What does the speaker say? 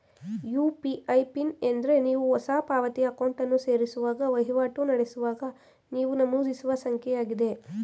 UPI PIN ಎಂದ್ರೆ ನೀವು ಹೊಸ ಪಾವತಿ ಅಕೌಂಟನ್ನು ಸೇರಿಸುವಾಗ ವಹಿವಾಟು ನಡೆಸುವಾಗ ನೀವು ನಮೂದಿಸುವ ಸಂಖ್ಯೆಯಾಗಿದೆ